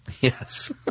Yes